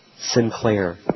Sinclair